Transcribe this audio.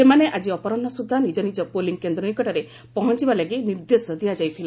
ସେମାନେ ଆଜି ଅପରାହୁ ସୁଦ୍ଧା ନିଜ ନିଜ ପୋଲିଂ କେନ୍ଦ୍ର ନିକଟରେ ପହଞ୍ଚିବା ଲାଗି ନିର୍ଦ୍ଦେଶ ଦିଆଯାଇଥିଲା